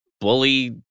bully